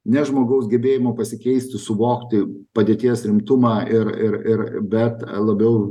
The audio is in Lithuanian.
ne žmogaus gebėjimu pasikeisti suvokti padėties rimtumą ir ir ir bet labiau